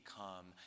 come